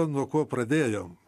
nuo ko pradėjom